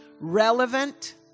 relevant